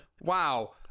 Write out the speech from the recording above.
Wow